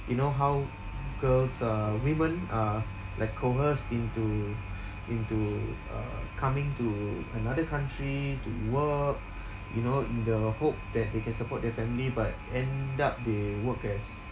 you know how girls uh women are like coerced into into uh coming to another country to work you know in the hope that they can support their family but end up they work as